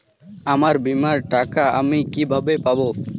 আমার বীমার টাকা আমি কিভাবে পাবো?